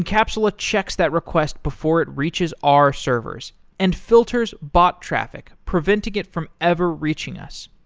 encapsula checks that request before it reaches our servers and filters bot traffic preventing it from ever reaching us.